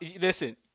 Listen